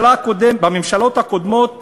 בממשלות הקודמות